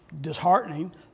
Disheartening